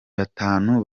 batanu